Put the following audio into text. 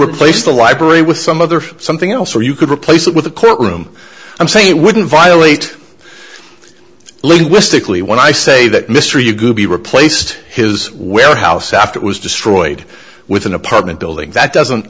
replace the library with some other something else or you could replace it with a court room i'm saying it wouldn't violate linguistically when i say that mr yoo goopy replaced his warehouse after it was destroyed with an apartment building that doesn't